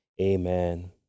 Amen